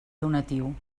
donatiu